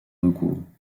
recours